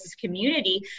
community